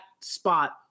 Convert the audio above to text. Spot